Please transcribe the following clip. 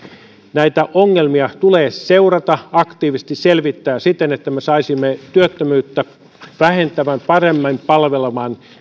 näitä ongelmia tulee seurata aktiivisesti ja selvittää siten että me saisimme työttömyyttä vähentävän paremmin palvelevan